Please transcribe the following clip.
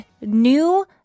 new